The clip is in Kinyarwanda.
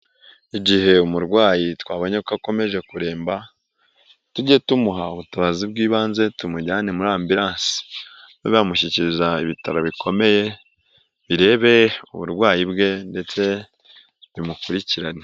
Igihe umurwayi twabonye ko akomeje kuremba, tujye tumuha ubutabazi bw'ibanze tumujyane muri ambilasi. Babe bamumushyikiriza ibitaro bikomeye, birebe uburwayi bwe ndetse bimukurikirane.